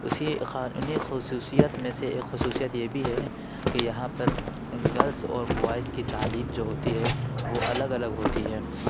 اسی انہیں خصوصیت میں سے ایک خصوصیت یہ بھی ہے کہ یہاں پر گرلز اور بوائز کی تعلیم جو ہوتی ہے وہ الگ الگ ہوتی ہے